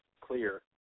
clear